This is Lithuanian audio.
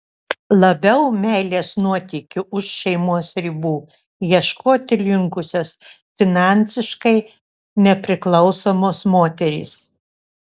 labiau meilės nuotykių už šeimos ribų ieškoti linkusios finansiškai nepriklausomos moterys